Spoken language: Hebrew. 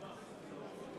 (תיקוני חקיקה ליישום התוכנית הכלכלית לשנים 2009 ו-2010),